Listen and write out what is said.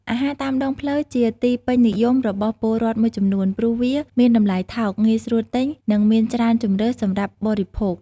អាហារតាមដងផ្លូវ ជាទីពេញនិយមរបស់ពលរដ្ឋមួយចំនួន ព្រោះវាមានតម្លៃថោក ងាយស្រួលទិញ និងមានច្រើនជម្រើសសម្រាប់បរិភោគ។